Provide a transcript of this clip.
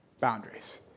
boundaries